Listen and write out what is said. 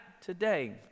today